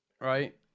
right